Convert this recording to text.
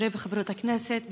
חברות וחברי הכנסת,